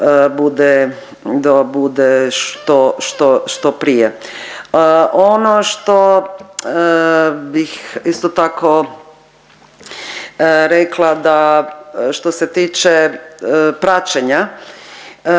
da bude što prije. Ono što bih isto tako rekla da što se tiče praćenja